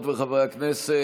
וחברי הכנסת,